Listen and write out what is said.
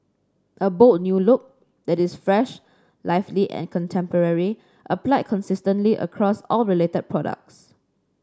a bold new look that is fresh lively and contemporary applied consistently across all related products